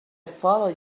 follow